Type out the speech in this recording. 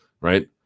right